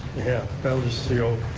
yeah, beldisio.